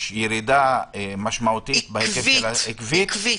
ירידה משמעותית בהיקף ---- עקבית.